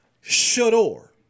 Shador